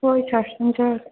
ꯍꯣꯏ ꯁꯥꯔ